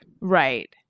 Right